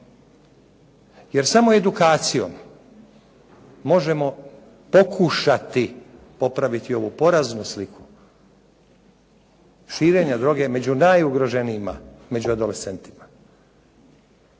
Jer samo edukacijom možemo pokušati popraviti ovu poraznu sliku. Širenje droge među najugroženijima, među adolescentima.